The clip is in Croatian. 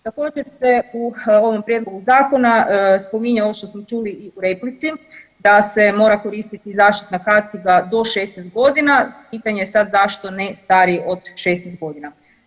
Također se u ovom prijedlogu Zakona spominje ovo što smo čuli u replici, da se mora koristiti zaštitna kaciga do 16 godina, pitanje je sad zašto ne stariji od 16 godina.